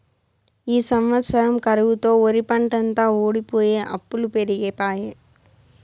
ఈ సంవత్సరం కరువుతో ఒరిపంటంతా వోడిపోయె అప్పులు పెరిగిపాయె